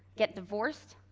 get divorced,